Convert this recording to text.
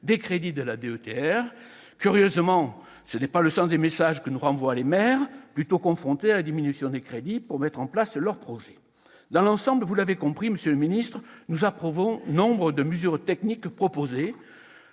des territoires ruraux. Curieusement, tel n'est pas le sens des messages que nous renvoient les maires, plutôt confrontés à une diminution des crédits pour mettre en place leurs projets. Dans l'ensemble, vous l'avez compris, monsieur le ministre, nous approuvons nombre des mesures techniques proposées.